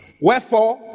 Wherefore